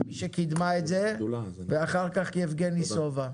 שקידמה את זה, ואחר כך יבגני סובה.